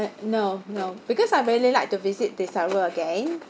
no no because I really like to visit desaru again